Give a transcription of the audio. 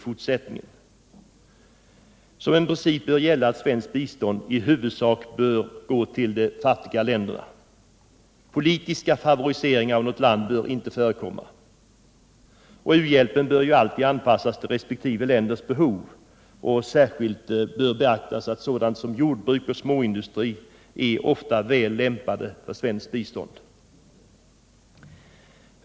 En princip bör vara att svenskt bistånd i huvudsak bör gå till de fattiga länderna. Politiska favoriseringar av något land bör inte förekomma. U hjälpen bör alltid anpassas till resp. länders behov. Särskilt bör beaktas att jordbruk och småindustri ofta är väl lämpade för svenskt bistånd.